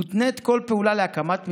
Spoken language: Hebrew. מותנית כל פעולה להקמת מבנים,